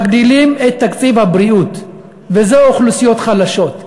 מגדילים את תקציב הבריאות, וזה אוכלוסיות חלשות.